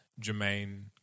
Jermaine